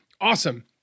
Awesome